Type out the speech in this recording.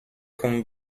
con